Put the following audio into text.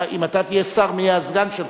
אם אתה תהיה שר, מי יהיה הסגן שלך?